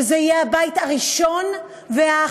שזה יהיה הבית הראשון והאחרון,